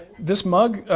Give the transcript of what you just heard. this mug,